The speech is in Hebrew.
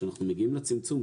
כשאנחנו מגיעים לצמצום,